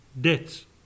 debts